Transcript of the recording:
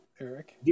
Eric